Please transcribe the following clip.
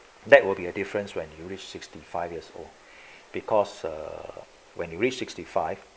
that will be a difference when you reach sixty five years old because err when you reach sixty five